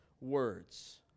words